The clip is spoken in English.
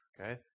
okay